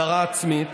הדרה עצמית.